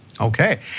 Okay